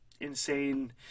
insane